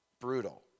brutal